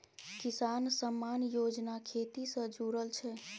किसान सम्मान योजना खेती से जुरल छै